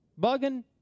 Bugging